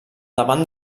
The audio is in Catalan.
davant